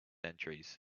entries